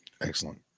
Excellent